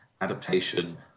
Adaptation